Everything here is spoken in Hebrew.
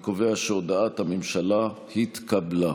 אני קובע שהודעת הממשלה התקבלה.